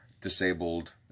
disabled